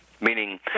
Meaning